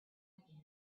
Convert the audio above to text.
again